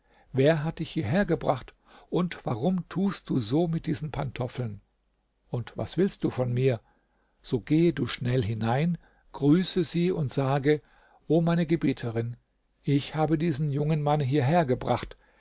wer hat dich hierher gebracht und warum tust du so mit diesen pantoffeln und was willst du von mir so gehe du schnell hinein grüße sie und sage o meine gebieterin ich habe diesen jungen mann hierher gebracht